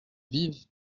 vives